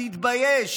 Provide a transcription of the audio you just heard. תתבייש.